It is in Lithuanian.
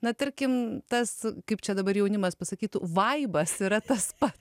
na tarkim tas kaip čia dabar jaunimas pasakytų vaibas yra tas pats